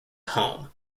home